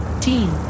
team